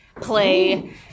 play